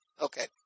Okay